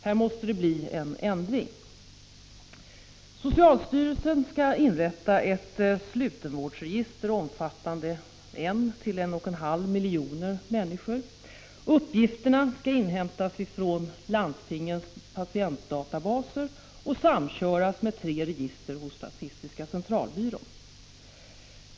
Här måste det bli en ändring. Ett exempel är nog så belysande. Socialstyrelsen skall inrätta ett slutenvårdsregister omfattande en 1-1,5 miljoner människor. Uppgifterna skall hämtas från landstingens patientdatabaser och samköras med tre register hos statistiska centralbyrån.